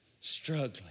struggling